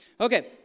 Okay